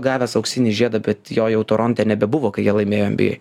gavęs auksinį žiedą bet jo jau toronte nebebuvo kai jie laimėjo nba